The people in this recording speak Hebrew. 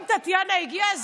אם טטיאנה הגיעה,